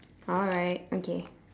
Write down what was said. alright okay